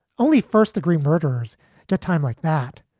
only first degree murderers to time like that.